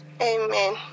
amen